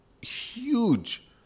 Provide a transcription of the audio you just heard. huge